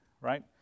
right